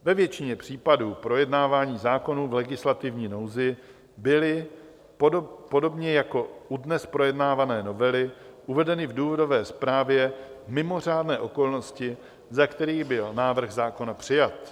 Ve většině případů projednávání zákonů v legislativní nouzi byly podobně jako u dnes projednávané novely uvedeny v důvodové zprávě mimořádné okolnosti, za kterých byl návrh zákona přijat.